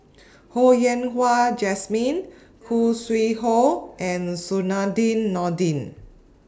Ho Yen Wah Jesmine Khoo Sui Hoe and Zainudin Nordin